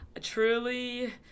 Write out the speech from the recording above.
truly